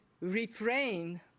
refrain